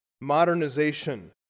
modernization